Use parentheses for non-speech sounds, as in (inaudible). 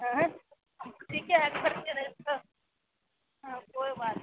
हाँ हाँ (unintelligible) ठीक है (unintelligible) हाँ कोई बात